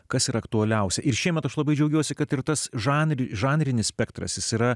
kas aktualiausia ir šiemet aš labai džiaugiuosi kad ir tas žanre žanrinis spektras yra